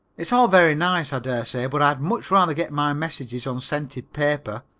it's all very nice, i dare say, but i'd much rather get my messages on scented paper.